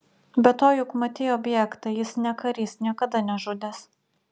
be to juk matei objektą jis ne karys niekada nežudęs